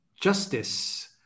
Justice